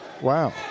Wow